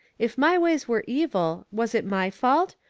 if my ways were evil, was it my fault?